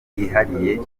bwihariye